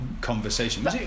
conversation